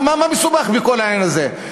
מה מסובך בכל העניין הזה?